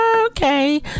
okay